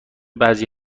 بعضی